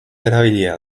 erabilia